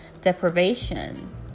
deprivation